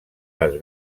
les